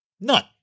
None